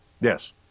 Yes